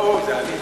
זה לא הוא, זה אני.